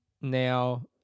now